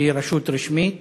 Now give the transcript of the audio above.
שהיא רשות רשמית.